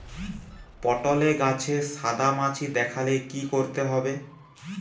পটলে গাছে সাদা মাছি দেখালে কি করতে হবে?